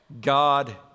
God